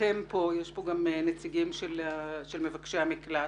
אתם כאן יש כאן נציגים של מבקשי המקלט.